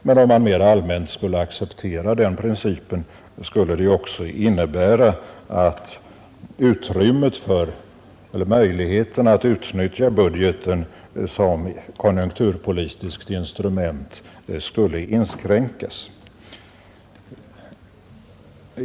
Men om man mera allmänt skulle acceptera den principen, skulle det också innebära att möjligheten att utnyttja budgeten som konjunkturpolitiskt instrument skulle inskränkas.